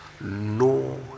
no